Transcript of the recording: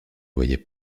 voyait